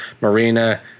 Marina